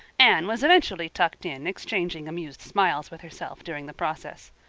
anne was eventually tucked in, exchanging amused smiles with herself during the process.